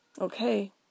Okay